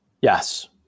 Yes